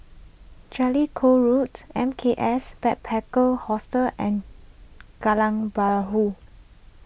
Jellicoe Roads M K S Backpackers Hostel and Kallang Bahru